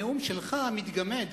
הנאום שלך מתגמד.